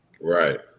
Right